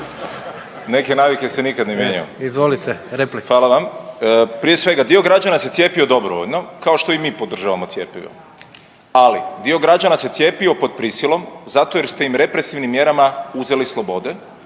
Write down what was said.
Izvolite, replika. **Bernardić, Davor (Nezavisni)** Hvala vam. Prije svega dio građana se cijepio dobrovoljno, kao što i mi podržavamo cjepivo, ali dio građana se cijepio pod prisilom zato jer ste im represivnim mjerama uzeli slobode